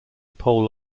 pole